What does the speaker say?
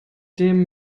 dem